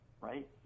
Right